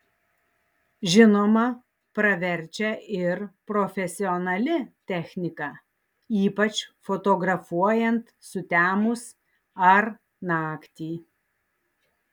žinoma praverčia ir profesionali technika ypač fotografuojant sutemus ar naktį